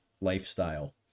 lifestyle